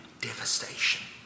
devastation